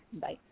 Bye